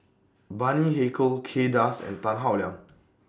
Bani Haykal Kay Das and Tan Howe Liang